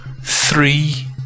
three